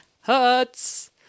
hurts